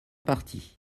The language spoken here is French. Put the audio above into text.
partie